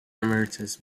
emeritus